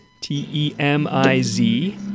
T-E-M-I-Z